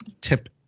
tip